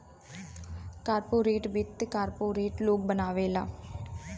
corporate वित्त corporate लोग बनावेला